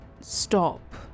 stop